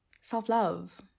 self-love